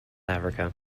africa